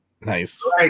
Nice